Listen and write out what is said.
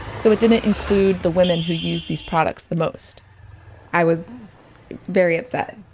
so, it didn't include the women who used these products the most i was very upset.